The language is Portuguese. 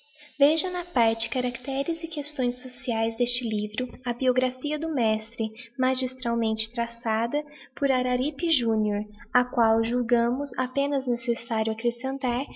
v na parte caracteres questões sociaes deste livro a biographia do mestre magistralmente traçada por araripe júnior á qual julgamos apenas necessário accrescentar